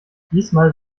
diesmal